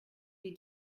die